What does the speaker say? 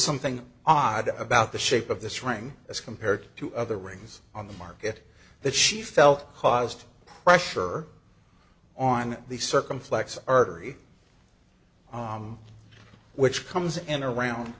something odd about the shape of this ring as compared to other rings on the market that she felt caused pressure on the circum flex artery on which comes in around